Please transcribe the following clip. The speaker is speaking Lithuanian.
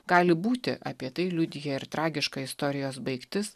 gali būti apie tai liudija ir tragiška istorijos baigtis